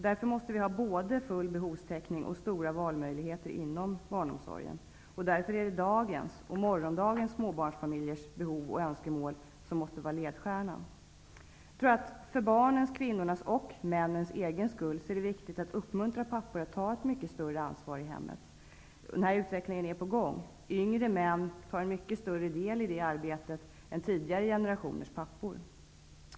Därför måste vi ha både full behovstäckning och stora valmöjligheter inom barnomsorgen. Därför är det dagens och morgondagens småbarnsfamiljers behov och önskemål som måste vara ledstjärnan. För barnens, kvinnornas och männens egen skull tror jag att det är viktigt att uppmuntra pappor att ta ett mycket större ansvar i hemmet. Den utvecklingen är på gång. Yngre män tar mycket större del i det arbetet än tidigare generationers pappor.